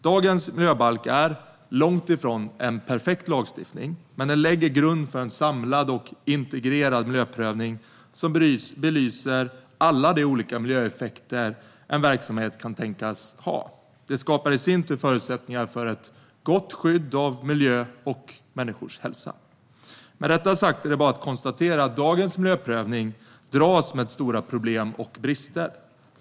Dagens miljöbalk är långt ifrån en perfekt lagstiftning, men den lägger grund för en samlad och integrerad miljöprövning som belyser alla de olika miljöeffekter en verksamhet kan tänkas ha. Det skapar i sin tur förutsättningar för ett gott skydd av miljö och människors hälsa. Med detta sagt är det bara att konstatera att dagens miljöprövning dras med stora problem och brister.